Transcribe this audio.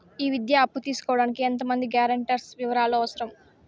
ఈ విద్యా అప్పు తీసుకోడానికి ఎంత మంది గ్యారంటర్స్ వివరాలు అవసరం?